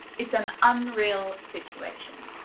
it's an unreal situation.